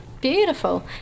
Beautiful